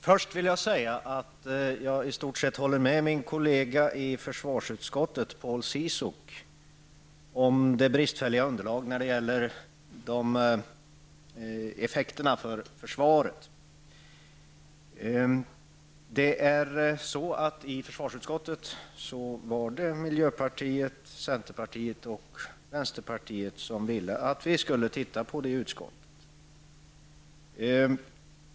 Herr talman! I stort sett håller jag med min kollega i försvarsutskottet Paul Ciszuk om att underlaget när det gäller effekterna för försvatet är bristfälligt. I försvarsutskottet har nämligen miljöpartiet, centerpartiet och vänsterpartiet framfört önskemål om att vi i utskottet skall titta på dessa saker.